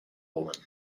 woman